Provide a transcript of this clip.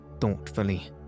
thoughtfully